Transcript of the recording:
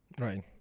Right